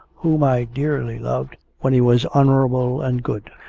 whom i dearly loved when he was honourable and good.